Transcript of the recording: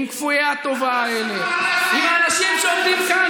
עם כפויי הטובה האלה ------- עם האנשים שעומדים כאן